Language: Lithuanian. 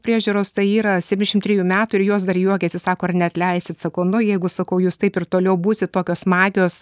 priežiūros tai yra septynšim trijų metų ir jos dar juokiasi sako ar neatleisit sakau nu jeigu sakau jūs taip ir toliau būsit tokios smagios